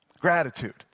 gratitude